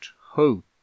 hope